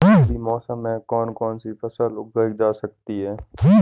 रबी मौसम में कौन कौनसी फसल उगाई जा सकती है?